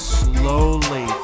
slowly